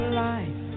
life